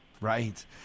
Right